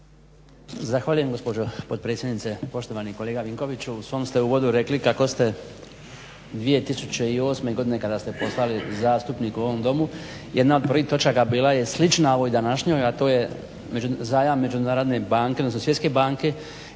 Zahvaljujem gospođo potpredsjednice. Poštovani kolega Vinkoviću u svom ste uvodu rekli kako ste 2008. godine kada ste postali zastupnik u ovom Domu jedna od prvih točaka bila je slična ovoj današnj9oj, a to je zajam Međunarodne banke, odnosno Svjetske banke